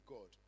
God